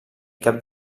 cap